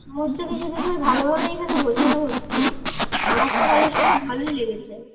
সমস্ত কিছু বিষয় ভালোভাবেই এখানে বোঝানো হচ্ছে আমার তো কলেজটা খুব ভালোই লেগেছে